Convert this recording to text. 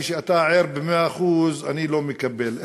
כשאתה ער במאה אחוז אני לא מקבל,